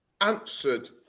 answered